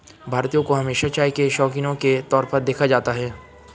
भारतीयों को हमेशा चाय के शौकिनों के तौर पर देखा जाता है